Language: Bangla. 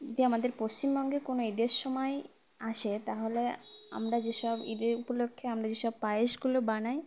যদি আমাদের পশ্চিমবঙ্গে কোনো ঈদের সময় আসে তাহলে আমরা যেসব ঈদের উপলক্ষে আমরা যেসব পায়েসগুলো বানাই